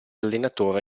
allenatore